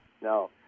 No